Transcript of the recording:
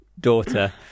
daughter